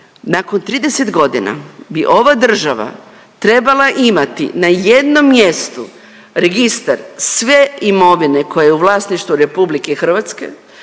nakon 30 godina bi ova država trebala imati na jednom mjestu registar sve imovine koja je u vlasništvu RH bez